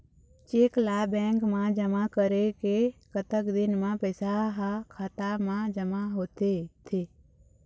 Cheque ला bank मा जमा करे के कतक दिन मा पैसा हा खाता मा जमा होथे थे?